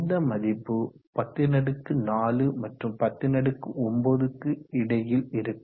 இந்த மதிப்பு 104 மற்றும் 109 க்கு இடையில் இருக்கும்